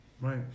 Right